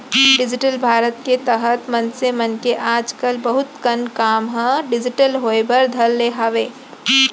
digital Bharat के तहत मनसे मन के आज कल बहुत कन काम ह डिजिटल होय बर धर ले हावय